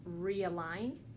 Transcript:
realign